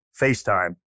FaceTime